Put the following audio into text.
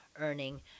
earning